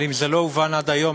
אבל אם זה לא הובן עד היום,